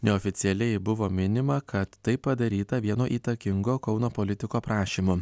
neoficialiai buvo minima kad tai padaryta vieno įtakingo kauno politiko prašymu